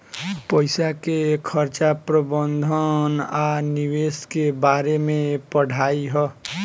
पईसा के खर्चा प्रबंधन आ निवेश के बारे में पढ़ाई ह